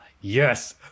Yes